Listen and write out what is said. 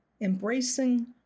embracing